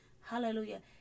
Hallelujah